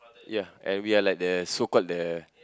ya and we are like the so called the